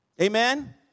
Amen